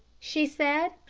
she said.